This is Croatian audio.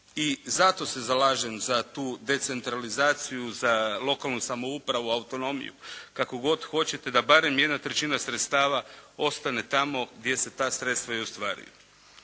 I zato se zalažem za tu decentralizaciju, za lokalnu samoupravu, autonomiju, kako god hoćete da barem jedna trećina sredstava ostane tamo gdje se ta sredstva i ostvaruju.